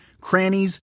crannies